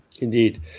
Indeed